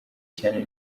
cyane